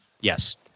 Yes